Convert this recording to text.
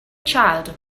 child